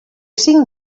cinc